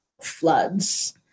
floods